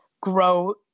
grow